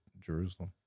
Jerusalem